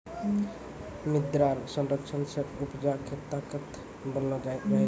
मृदा संरक्षण से उपजा के ताकत बनलो रहै छै